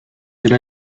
era